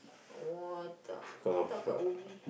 !wah! I thought I thought kat Ubi